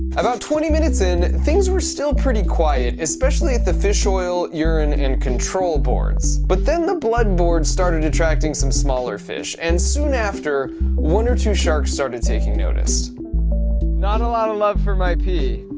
about twenty minutes in things were still pretty quiet, especially at the fish oil urine and control boards but then the blood board started attracting some smaller fish and soon after one or two sharks started taking notice not a lot of love for my pee.